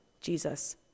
Jesus